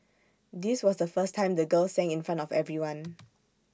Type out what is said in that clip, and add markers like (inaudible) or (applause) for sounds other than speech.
this was the first time the girl sang in front of everyone (noise)